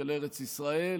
של ארץ ישראל,